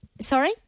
sorry